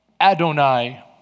Adonai